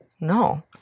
No